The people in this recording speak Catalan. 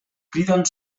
cridant